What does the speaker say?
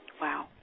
Wow